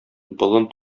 болын